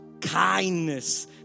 kindness